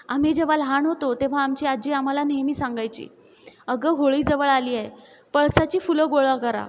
आम्ही जेव्हा लहान होतो तेव्हा आमची आजी आम्हाला नेहमी सांगायची अगं होळी जवळ आली आहे पळसाची फुलं गोळा करा